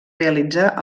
realitzà